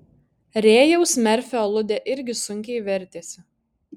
rėjaus merfio aludė irgi sunkiai vertėsi